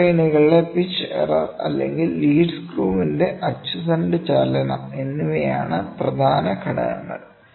gear ട്രെയിനുകളിലെ pitch error അല്ലെങ്കിൽ lead സ്ക്രൂവിന്റെ അച്ചുതണ്ട് ചലനം എന്നിവയാണ് പ്രധാന ഘടകങ്ങൾ